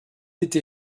été